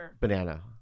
banana